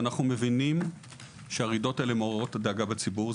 ואנחנו מבינים שהרעידות האלה מעוררות דאגה בציבור.